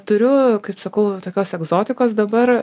turiu kaip sakau tokios egzotikos dabar